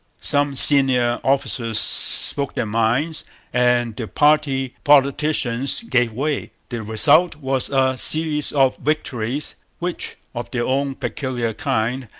some senior officers spoke their minds, and the party politicians gave way. the result was a series of victories which, of their own peculiar kind,